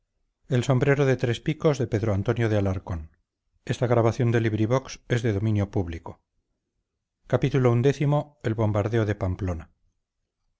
su sombrero de tres picos y por lo vistoso de